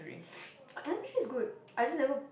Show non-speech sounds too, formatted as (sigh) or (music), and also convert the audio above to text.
(noise) I I'm sure it's good I just never